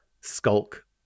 skulk